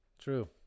True